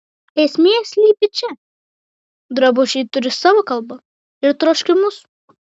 esmė slypi čia drabužiai turi savo kalbą ir troškimus